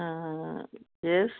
yes